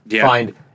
find